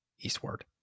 eastward